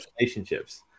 relationships